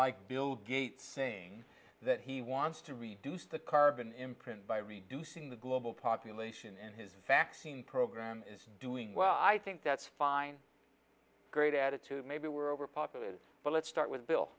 like bill gates saying that he wants to reduce the carbon imprint by reducing the global population and his vaccine program is doing well i think that's fine great attitude maybe we're overpopulated but let's start with bill